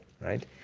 right